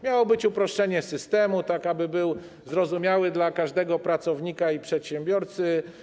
Miało być uproszczenie systemu, tak, aby był zrozumiały dla każdego pracownika i przedsiębiorcy.